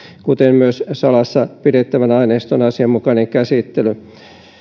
kuten myös salassa pidettävän aineiston asianmukainen käsittely